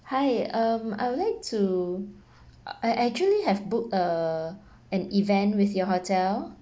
hi um I will like to uh I actually have booked a an event with your hotel